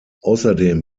außerdem